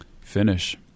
Finish